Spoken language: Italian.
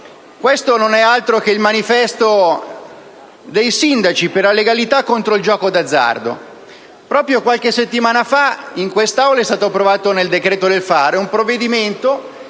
Questo non è altro che il manifesto dei sindaci per la legalità contro il gioco d'azzardo. Proprio qualche settimana fa, in quest'Aula, è stato approvato nel decreto del fare un provvedimento